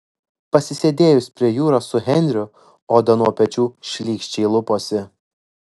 pasisėdėjus prie jūros su henriu oda nuo pečių šlykščiai luposi